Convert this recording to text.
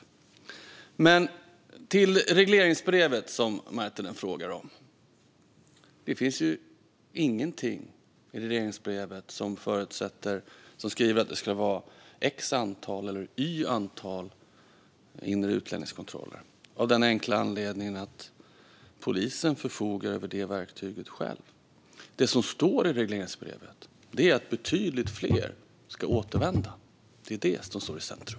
När det gäller regleringsbrevet som Adam Marttinen frågar om finns det ingenting i det som föreskriver att antalet inre utlänningskontroller ska vara X eller Y, av den enkla anledningen att polisen förfogar över det verktyget själv. Det som står i regleringsbrevet är att betydligt fler ska återvända. Det är det som står i centrum.